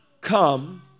come